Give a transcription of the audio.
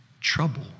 trouble